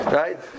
right